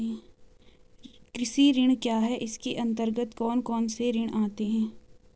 कृषि ऋण क्या है इसके अन्तर्गत कौन कौनसे ऋण आते हैं?